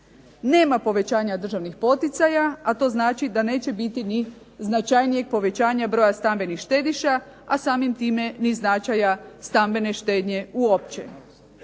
Nema povećanja državnih poticaja, a to znači da neće biti ni značajnijeg povećanja broja stambenih štediša, a samim time ni značaja stambene štednje uopće.